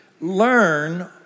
learn